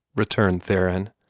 returned theron,